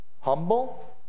humble